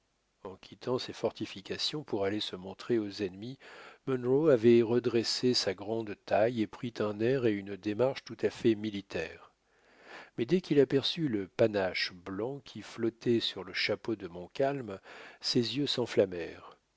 en quittant ses fortifications pour aller se montrer aux ennemis munro avait redressé sa grande taille et pris un air et une démarche tout à fait militaires mais dès qu'il aperçut le panache blanc qui flottait sur le chapeau de montcalm ses yeux s'enflammèrent